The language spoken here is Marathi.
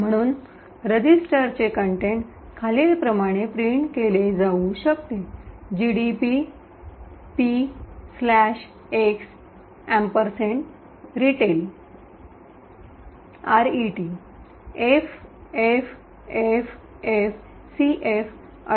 म्हणून रजिस्टरचे कंटेंट खालीलप्रमाणे प्रिंट केले जाऊ शकते GDB P X retail gdb px ret FFFFCF 18 आहे